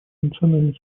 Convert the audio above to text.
национальной